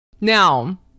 Now